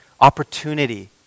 opportunity